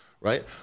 right